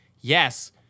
yes